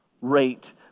rate